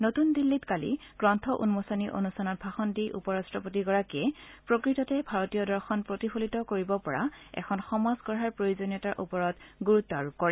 নতুন দিল্লীত কালি গ্ৰন্থ উন্মোচনী অনুষ্ঠানত ভাষণ দি উপ ৰাট্টপতিগৰাকীয়ে প্ৰকৃততে ভাৰতীয় দৰ্শন প্ৰতিফলিত কৰিব পৰা এখন সমাজ গঢ়াৰ প্ৰয়োজনীয়তাৰ ওপৰত গুৰুত্ব আৰোপ কৰে